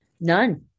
none